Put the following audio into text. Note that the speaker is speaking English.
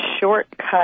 shortcut